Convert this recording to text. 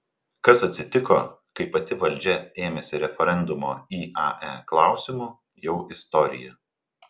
kas atsitiko kai pati valdžia ėmėsi referendumo iae klausimu jau istorija